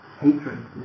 hatred